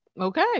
okay